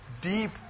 deep